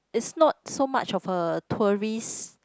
it's not so much of a tourist